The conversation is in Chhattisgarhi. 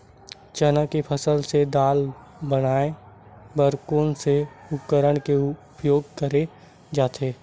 चना के फसल से दाल बनाये बर कोन से उपकरण के उपयोग करे जाथे?